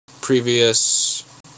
previous